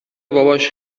باباش